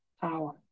power